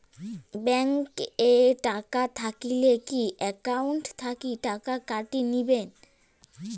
Bank এ টাকা থাকিলে কি একাউন্ট থাকি টাকা কাটি নিবেন?